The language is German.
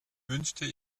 wünschte